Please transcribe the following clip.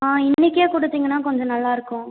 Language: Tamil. ஆ இன்றைக்கே கொடுத்தீங்கனா கொஞ்சம் நல்லாருக்கும்